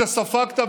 שספגת,